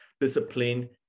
Discipline